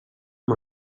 amb